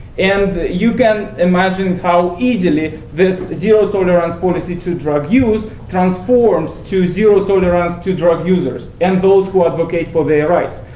and you can imagine how easily this zero tolerance policy to drug use transforms to zero tolerance to drug users, and those who advocate for their rights.